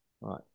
Right